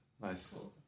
Nice